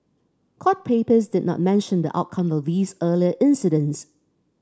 court papers did not mention the outcome of these earlier incidents